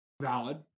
valid